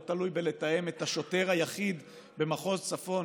לא תלוי בתיאום עם השוטר היחיד במחוז צפון